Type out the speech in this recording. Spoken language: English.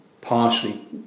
partially